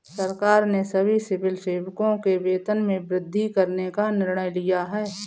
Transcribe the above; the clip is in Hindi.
सरकार ने सभी सिविल सेवकों के वेतन में वृद्धि करने का निर्णय लिया है